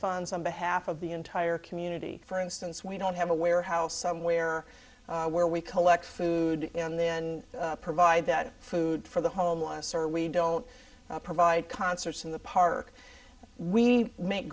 funds on behalf of the entire community for instance we don't have a warehouse somewhere where we collect food and then provide that food for the homeless or we don't provide concerts in the park we make